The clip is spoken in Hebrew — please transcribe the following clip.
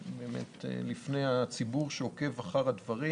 ולפני הציבור שעוקב אחרי הדברים: